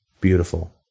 beautiful